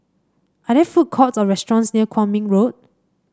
are there food courts or restaurants near Kwong Min Road